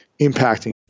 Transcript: impacting